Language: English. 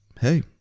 hey